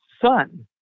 son